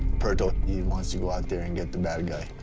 purto, he wants to go out there and get the bad guy.